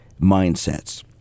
mindsets